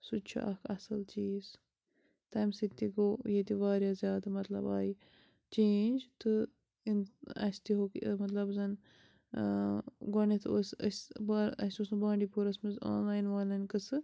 سُہ تہِ چھُ اَکھ اصٕل چیٖز تَمہِ سۭتۍ تہِ گوٚو ییٚتہِ واریاہ زیادٕ مطلب آیہِ چینٛج تہٕ اسہِ تہِ ہیٛوک یہِ مطلب زَن ٲں گۄڈٕنیٚتھ اوس أسۍ با اسہِ اوس نہٕ بانڈی پوٗراہس منٛز آن لاین وآن لاین قصہٕ